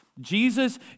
Jesus